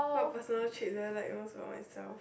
what personal traits there I like most of myself